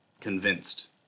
convinced